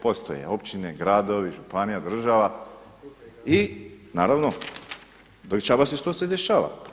Postoje općine, gradovi, županija, država i naravno dešava se što se dešava.